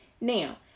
now